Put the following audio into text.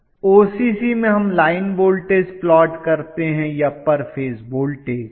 छात्र ओसीसी में हम लाइन वोल्टेज प्लॉट करते हैं या पर फेज वोल्टेज